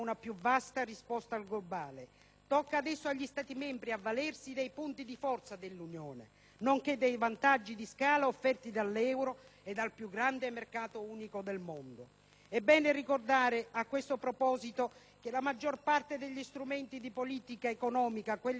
Tocca adesso agli Stati membri avvalersi dei punti di forza dell'Unione, nonché dei vantaggi di scala offerti dall'euro e dal più grande mercato unico del mondo. A tale proposito è bene ricordare che la maggior parte degli strumenti di politica economica, quelli necessari ad incentivare la domanda